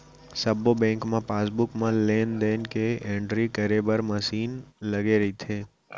सब्बो बेंक म पासबुक म लेन देन के एंटरी करे बर मसीन लगे रइथे